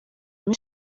muri